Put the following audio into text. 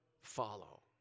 Follow